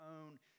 own